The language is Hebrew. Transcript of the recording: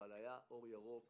אבל היה אור ירוק